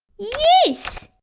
yes!